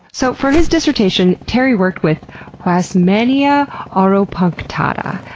so for his dissertation terry worked with wasmannia ah auropunctata.